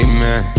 Amen